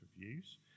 reviews